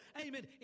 amen